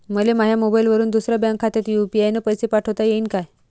मले माह्या मोबाईलवरून दुसऱ्या बँक खात्यात यू.पी.आय न पैसे पाठोता येईन काय?